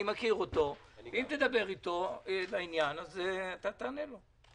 אם תדבר איתו בעניין, הוא יענה לך.